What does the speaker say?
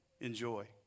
enjoy